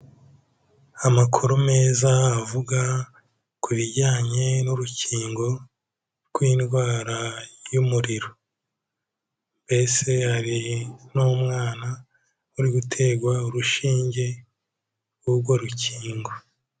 Amakuru meza avuga ku bijyanye n'urukingo rw'indwara y'umuriro, mbese hari n'umwana uri guterwa urushinge rw'urwo rukingo.